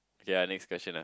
okay lah next question lah